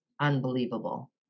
unbelievable